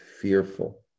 fearful